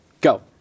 go